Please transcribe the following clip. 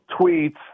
tweets